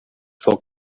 foc